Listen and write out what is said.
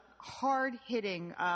hard-hitting